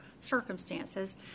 circumstances